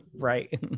Right